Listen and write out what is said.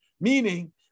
meaning